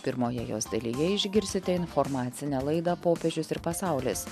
pirmoje jos dalyje išgirsite informacinę laidą popiežius ir pasaulis